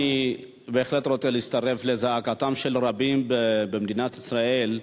אני בהחלט רוצה להצטרף לזעקתם של רבים במדינת ישראל,